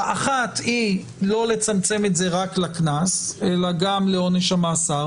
האחת היא לא לצמצם את זה רק לקנס אלא גם לעונש המאסר,